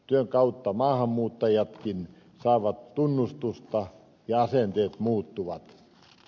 työn kautta maahanmuuttajatkin saavat tunnustusta ja asenteet muuttuvat